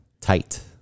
tight